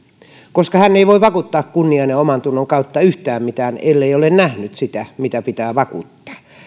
koska hän ei voi vakuuttaa kunnian ja omantunnon kautta yhtään mitään ellei ole nähnyt sitä mitä pitää vakuuttaa